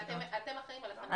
ואתם אחראים על כך שזה יתקיים.